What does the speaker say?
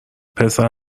پسر